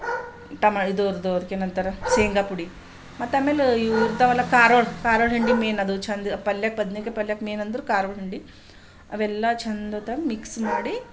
ಟಮ ಇದ್ರದ್ದು ಅದ್ಕೇನಂತಾರೆ ಶೇಂಗ ಪುಡಿ ಮತ್ತಾಮೇಲೆ ಇವು ಇರ್ತಾವಲ್ಲ ಖಾರ ಖಾರೊಳ್ಳು ಹೆಂಡಿ ಮೇಯ್ನದು ಚೆಂದ ಪಲ್ಯಕ್ಕೆ ಬದನೇಕಾಯಿ ಪಲ್ಯಕ್ಕೆ ಮೇಯ್ನಂದ್ರೆ ಖಾರದ ಹಿಂಡಿ ಅವೆಲ್ಲ ಚೆಂದದಾಗಿ ಮಿಕ್ಸ್ ಮಾಡಿ